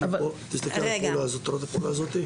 את רואה את הפעולה הזאת?